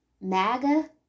Maga